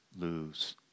lose